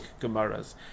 Gemaras